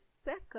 second